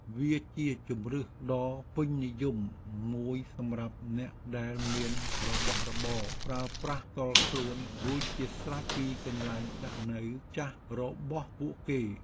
វាជាជម្រើសដ៏ពេញនិយមមួយសម្រាប់អ្នកដែលមានរបស់របរប្រើប្រាស់ផ្ទាល់ខ្លួនរួចជាស្រេចពីកន្លែងស្នាក់នៅចាស់របស់ពួកគេ។